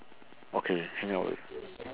okay ignore it